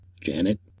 Janet